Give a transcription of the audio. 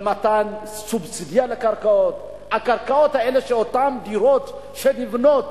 במתן סובסידיה לקרקעות הקרקעות האלה לאותן דירות שנבנות